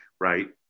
right